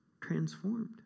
transformed